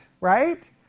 right